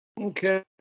okay